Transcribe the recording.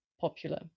popular